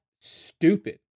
stupid